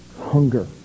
hunger